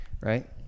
right